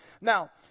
Now